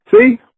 See